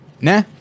Nah